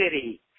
city